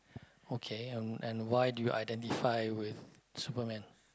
okay um and why do you identify with superman